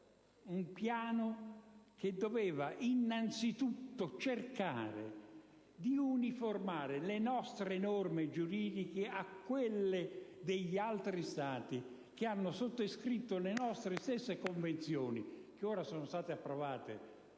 doveva cercare, innanzitutto, di uniformare le nostre norme giuridiche a quelle degli altri Stati che hanno sottoscritto le nostre stesse convenzioni, che ora sono state entrambe